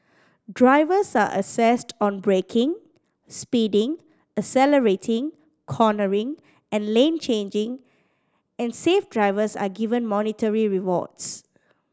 drivers are assessed on braking speeding accelerating cornering and lane changing and safe drivers are given monetary rewards